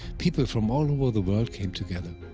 people from all over the world came together.